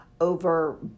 over